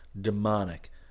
demonic